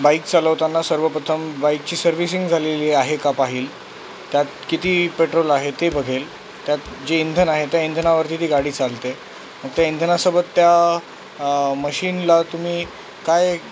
bike चालवताना सर्वप्रथम बाईकची सर्व्हिसिंग झालेली आहे का पाहिल त्यात किती पेट्रोल आहे ते बघेल त्यात जे इंधन आहे त्या इंधनावरती ती गाडी चालते मग त्या इंधनासोबत त्या मशीनला तुम्ही काय